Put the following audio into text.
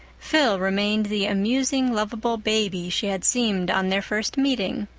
phil remained the amusing, lovable baby she had seemed on their first meeting.